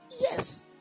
yes